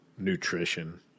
nutrition